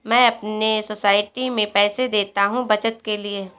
मैं अपने सोसाइटी में पैसे देता हूं बचत के लिए